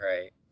Right